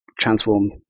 transform